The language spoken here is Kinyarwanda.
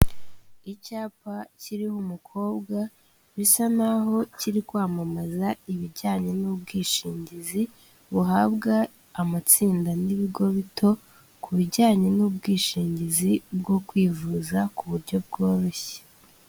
Icyapa kiriho umukobwa bisa naho kiri kwamamaza ibijyanye n'ubwishingizi, buhabwa amatsinda n'ibigo bito, ku bijyanye n'ubwishingizi bwo kwivuza ku buryo bworoshye.